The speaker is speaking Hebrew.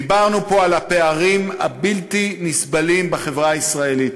דיברנו פה על הפערים הבלתי-נסבלים בחברה הישראלית.